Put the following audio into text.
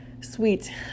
sweet